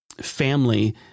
family